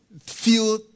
feel